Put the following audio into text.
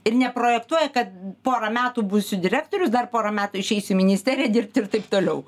ir neprojektuoja kad porą metų būsiu direktorius dar porą metų išeisiu ministeriją dirbti ir taip toliau